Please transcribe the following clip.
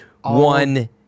One